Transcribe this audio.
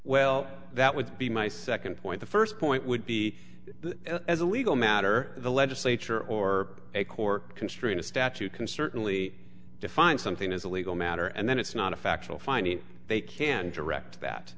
well that would be my second point the first point would be as a legal matter the legislature or a cork constrain a statute can certainly define something as a legal matter and then it's not a factual finding they can direct that